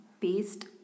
paste